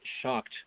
shocked